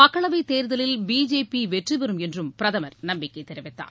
மக்களவைத் தேர்தலில் பிஜேபி வெற்றி பெறும் என்றும் பிரதமர் நம்பிக்கை தெரிவித்தார்